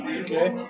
Okay